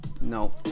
No